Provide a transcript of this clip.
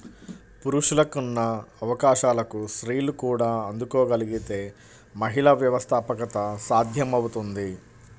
పురుషులకున్న అవకాశాలకు స్త్రీలు కూడా అందుకోగలగితే మహిళా వ్యవస్థాపకత సాధ్యమవుతుంది